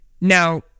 Now